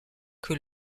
que